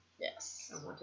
Yes